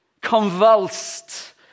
convulsed